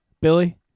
Billy